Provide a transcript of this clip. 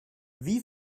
wie